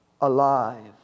alive